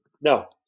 No